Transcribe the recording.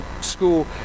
school